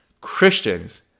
Christians